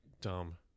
dumb